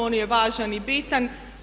On je važan i bitan.